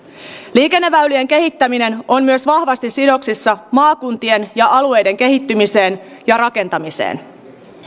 liikenneväylien kehittäminen on myös vahvasti sidoksissa maakuntien ja alueiden kehittymiseen ja rakentamiseen